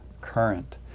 Current